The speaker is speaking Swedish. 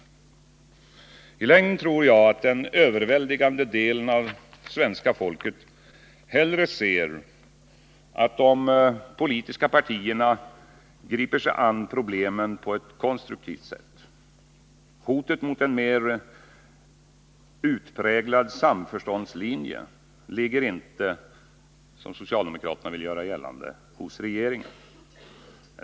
TI längden tror jag att den överväldigande delen av svenska folket hellre ser att de politiska partierna griper sig an problemen på ett konstruktivt sätt. Hotet mot en mer utpräglad samförståndslinje ligger inte, som socialdemokraterna vill göra gällande, hos regeringen.